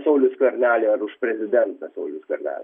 saulių skvernelį ar už prezidentą saulių skvernelį